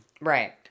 Right